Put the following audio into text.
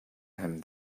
him